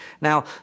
Now